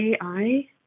AI